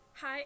hi